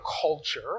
culture